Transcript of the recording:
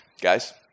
guys